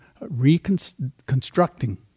reconstructing